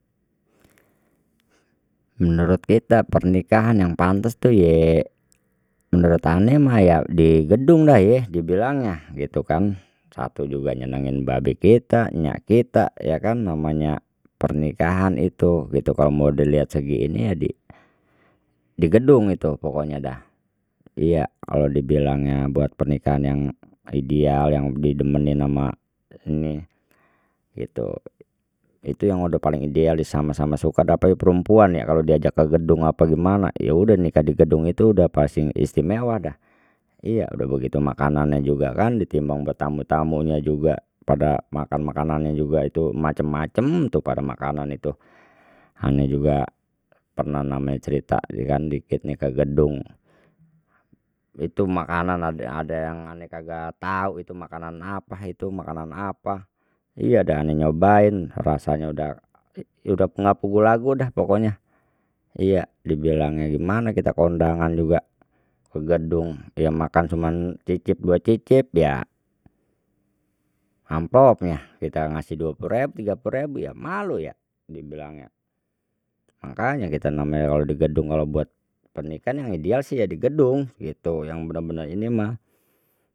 Menurut kita pernikahan yang pantes tu ye menurut ane mah ya di gedung dah ye dibilangnya gitu kan satu juga nyenengin babe kita nyak kita ya kan namanya pernikahan itu gitu kalau mau dilihat segi ini ya di di gedung itu pokoknya dah iya kalau dibilangnya buat pernikahan yang ideal yang di demenin ama ini gitu itu yang udah paling ideal sama sama suka dapatnya perempuan ya kalau diajak ke gedung apa gimana ya sudah nikah di gedung itu sudah pasti istimewa dah iya sudah begitu makanannya juga kan ditimbang bertamu tamunya juga pada makan makanannya juga itu macam macam tuh pada makanan itu ane juga pernah namanya cerita iye kan dikit nih ke gedung itu makanan ada yang aneh kagak tahu itu makanan apa itu makanan apa iya dah ane nyobain rasanya udah ya udah nggak puguh lagu deh pokoknya iya dibilangnya gimana kita kondangan juga ke gedung yang makan cuma cicip dua cicip ya amplopnya kita ngasih dua puluh rebu tiga puluh rebu ya malu ya dibilangnya makanya kita namanya kalau di gedung kalau buat pernikahan yang ideal sih ya di gedung gitu yang benar benar ini mah.